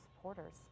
supporters